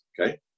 Okay